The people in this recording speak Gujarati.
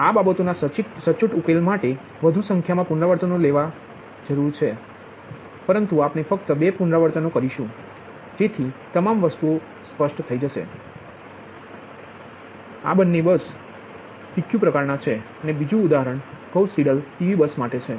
અને આ બાબતોના સચોટ ઉકેલો માટે વધુ સંખ્યામાં પુનરાવર્તનો લેવા પડે પરંતુ આપણે ફક્ત બે પુનરાવર્તનો કરીશું જેથી વસ્તુઓ સ્પષ્ટ થઈ જશે જ્યા આ બંને બસ PQ પ્રકારનાં છે અને બીજું ઉદાહરણ ગૌસ સીડલ PV બસ માટે છે